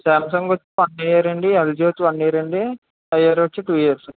Samsung వచ్చి one year అండి LG వచ్చి వన్ ఇయర్ అండి హయ్యర్ వచ్చి టూ ఇయర్స్